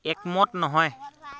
একমত নহয়